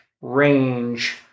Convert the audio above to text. range